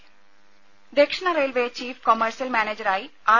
രുര ദക്ഷിണ railway chief commercial മാനേജറായി ആർ